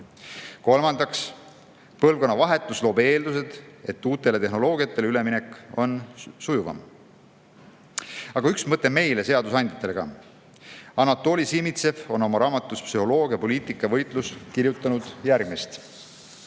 Kolmandaks, põlvkonnavahetus loob eeldused, et uutele tehnoloogiatele üleminek on sujuvam. Aga üks mõte meile, seadusandjatele, ka. Anatoly Zimichev on oma raamatus "Psühholoogia. Poliitika. Võitlus" kirjutanud järgmist.